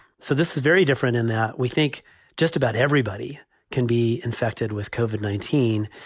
so this is very different in that we think just about everybody can be infected with koven nineteen.